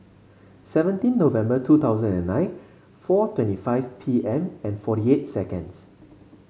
seventeen November two thousand and nine four twenty five P M and forty eight seconds